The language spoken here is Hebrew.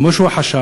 כמו שהוא חשב.